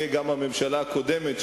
וגם הממשלה הקודמת,